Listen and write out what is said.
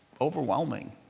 overwhelming